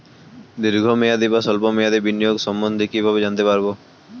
দীর্ঘ মেয়াদি বা স্বল্প মেয়াদি বিনিয়োগ সম্বন্ধে কীভাবে জানতে পারবো?